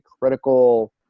critical